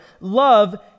love